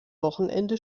wochenende